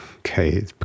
Okay